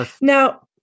Now